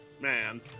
man